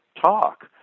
talk